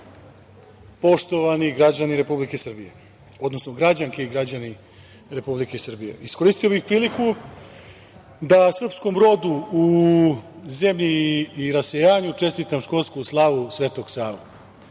poštovani građani Republike Srbije, odnosno građanke i građani Republike Srbije, iskoristio bih priliku da srpskom rodu u zemlji i rasejanju, čestitam školsku slavu Svetog Savu